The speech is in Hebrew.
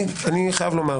אני חייב לומר